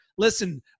Listen